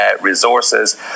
resources